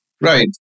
Right